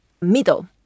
middle